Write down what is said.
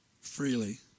freely